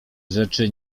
rzeczy